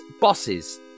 bosses